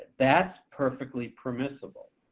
that's perfectly permissible.